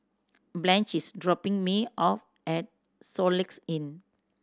Blanch is dropping me off at Soluxe Inn